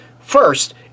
First